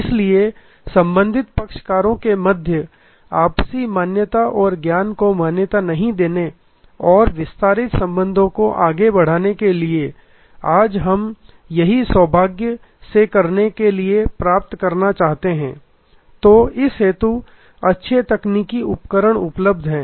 इसलिए संबंधित पक्षकारों के मध्य आपसी मान्यता और ज्ञान को मान्यता नहीं देने और विस्तारित संबंधों को आगे बढ़ाने के लिए आज हम यही सौभाग्य से करने के लिए प्राप्त करना चाहते हैं तो इस हेतु अच्छे तकनीकी उपकरण उपलब्ध हैं